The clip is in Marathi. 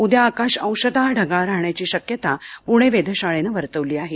उद्या आकाश अंशतः ढगाळ राहण्याची शक्यता प्णे वेधशाळेनं वर्तवली आहे